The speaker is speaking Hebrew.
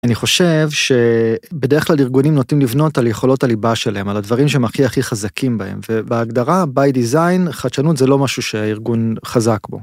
אני חושב שבדרך כלל ארגונים נוטים לבנות על יכולות הליבה שלהם על הדברים שהם הכי הכי חזקים בהם והגדרה by design חדשנות זה לא משהו שהארגון חזק בו.